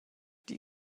die